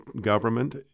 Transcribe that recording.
government